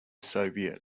soviet